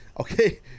okay